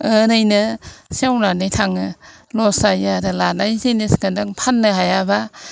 ओरैनो सेवनानै थाङो लस जायो आरो लानाय जिनिसखौ नों फाननो हायाबा